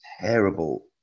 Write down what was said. terrible